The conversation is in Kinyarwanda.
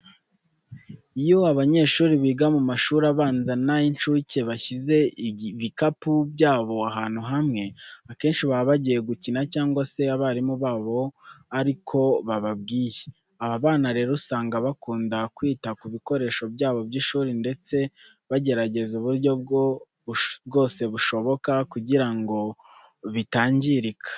Iyo abanyeshuri biga mu mashuri abanza n'ay'incuke bashyize ibikapu byabo ahantu hamwe, akenshi baba bagiye gukina cyangwa se abarimu babo ari ko bababwiye. Aba bana rero usanga bakunda kwita ku bikoresho byabo by'ishuri ndetse bagerageza uburyo bwose bushoboka kugira ngo bitangirika.